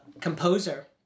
composer